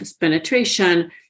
penetration